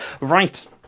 right